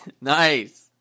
nice